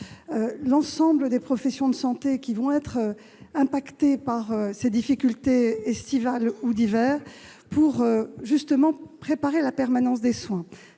l'ensemble des professions de santé qui vont être impactées par ces difficultés particulières pour préparer la permanence des soins.